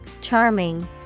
charming